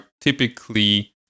typically